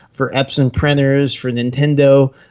for epson printers, for nintendo.